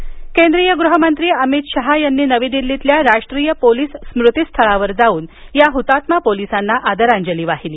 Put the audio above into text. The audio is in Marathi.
शहा केंद्रीय गृहमंत्री अमित शहा यांनी नवी दिल्लीतील राष्ट्रीय पोलीस स्मृतीस्थळावर जाऊन या डुतात्मा पोलिसांना आदरांजली वाहिली